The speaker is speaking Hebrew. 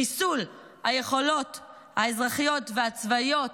חיסול היכולות האזרחיות והצבאיות